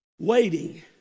waiting